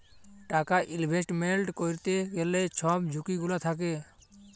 টাকা ইলভেস্টমেল্ট ক্যইরতে গ্যালে ছব ঝুঁকি গুলা থ্যাকে